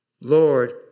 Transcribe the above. Lord